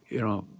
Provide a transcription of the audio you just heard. you know,